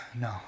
no